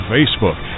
Facebook